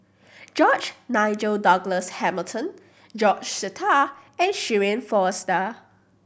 George Nigel Douglas Hamilton George Sita and Shirin Fozdar